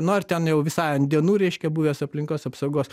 nu ar ten jau visai ant dienų reiškia buvęs aplinkos apsaugos